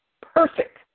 Perfect